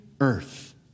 earth